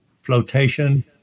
Flotation